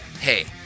Hey